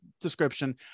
description